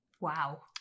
Wow